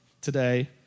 today